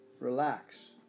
Relax